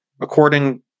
according